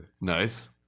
Nice